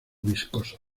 viscoso